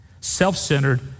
self-centered